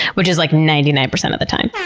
which is like ninety nine percent of the time.